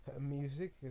music